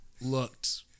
looked